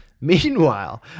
Meanwhile